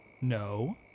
No